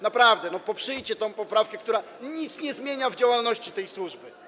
Naprawdę, poprzyjcie tę poprawkę, która niczego nie zmienia w działalności tej służby.